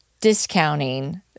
discounting